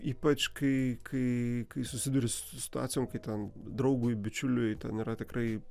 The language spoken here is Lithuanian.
ypač kai kai susiduri su situacijom kai ten draugui bičiuliui ten yra tikrai